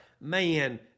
man